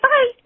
Bye